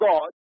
God